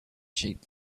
sheep